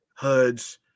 HUDs